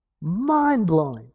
Mind-blowing